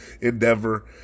endeavor